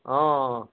অঁ